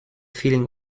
feeling